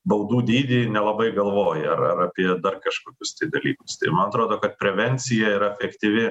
baudų dydį nelabai galvoji ar ar ar apie dar kažkokius tai dalykus tai man atrodo kad prevencija yra efektyvi